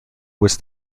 was